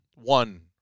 one